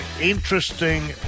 interesting